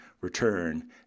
return